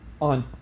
on